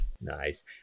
Nice